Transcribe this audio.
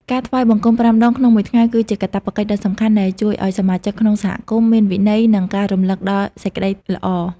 ការថ្វាយបង្គំប្រាំដងក្នុងមួយថ្ងៃ គឺជាកាតព្វកិច្ចដ៏សំខាន់ដែលជួយឱ្យសមាជិកក្នុងសហគមន៍មានវិន័យ និងការរំលឹកដល់សេចក្តីល្អ។